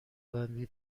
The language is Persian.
بندی